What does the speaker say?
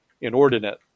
inordinate